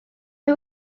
mae